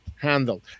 handled